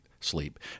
sleep